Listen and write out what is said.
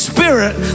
Spirit